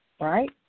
Right